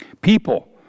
People